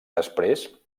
després